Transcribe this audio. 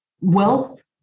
wealth